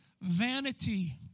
vanity